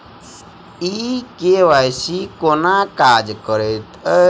ई KYC केना काज करैत अछि?